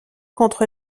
contre